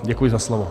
Děkuji za slovo.